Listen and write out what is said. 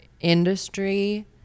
industry